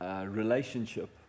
relationship